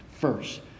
First